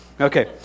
okay